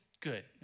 Good